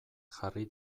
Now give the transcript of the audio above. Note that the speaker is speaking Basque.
jarri